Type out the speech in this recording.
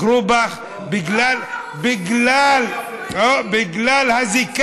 בחרו בך בגלל, לא בחרו בי.